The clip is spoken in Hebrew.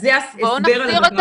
אז זה ההסבר על הדבר הזה.